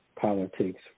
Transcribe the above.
politics